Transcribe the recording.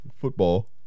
football